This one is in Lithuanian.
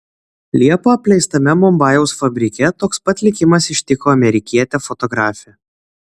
liepą apleistame mumbajaus fabrike toks pat likimas ištiko amerikietę fotografę